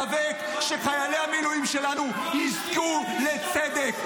ואנחנו נאבק שחיילי המילואים שלנו יזכו לצדק,